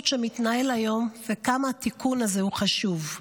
שמתנהל היום וכמה התיקון הזה הוא חשוב.